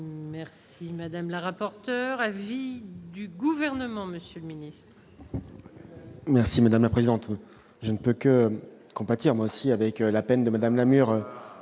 Merci madame la rapporteure, allié du gouvernement Monsieur miné. Merci madame la présidente, je ne peut que compatir avec la peine de madame Lamure